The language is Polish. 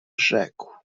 rzekł